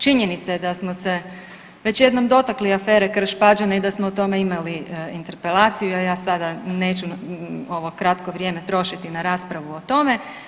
Činjenica je da smo se već jednom dotakli afere Krš-Pađene i da smo o tome imali interpelaciju, a ja sada neću ovo kratko vrijeme trošiti na raspravu o tome.